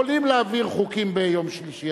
יכולים להעביר חוקים ביום שלישי,